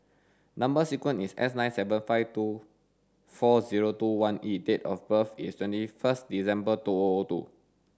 number sequence is S nine seven five four zero two one E and date of birth is twenty first December two O O two